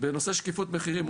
בנושא שקיפות מחירים,